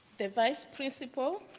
the vice principal,